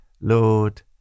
Lord